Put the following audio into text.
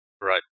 Right